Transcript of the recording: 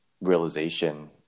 realization